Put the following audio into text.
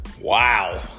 Wow